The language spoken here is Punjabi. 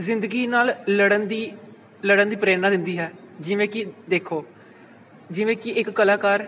ਜ਼ਿੰਦਗੀ ਨਾਲ ਲੜਨ ਦੀ ਲੜਨ ਦੀ ਪ੍ਰੇਰਨਾ ਦਿੰਦੀ ਹੈ ਜਿਵੇਂ ਕਿ ਦੇਖੋ ਜਿਵੇਂ ਕਿ ਇੱਕ ਕਲਾਕਾਰ